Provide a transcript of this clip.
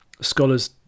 Scholars